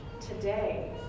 Today